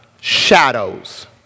shadows